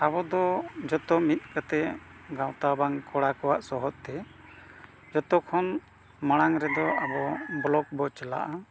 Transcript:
ᱟᱵᱚ ᱫᱚ ᱡᱷᱚᱛᱚ ᱢᱤᱫ ᱠᱟᱛᱮᱫ ᱜᱟᱶᱛᱟ ᱵᱟᱝ ᱠᱚᱲᱟ ᱠᱚᱣᱟᱜ ᱥᱚᱦᱚᱫ ᱛᱮ ᱡᱷᱚᱛᱚᱠᱷᱚᱱ ᱢᱟᱲᱟᱝ ᱨᱮᱫᱚ ᱟᱵᱚ ᱵᱞᱚᱠ ᱵᱚᱱ ᱪᱟᱞᱟᱜᱼᱟ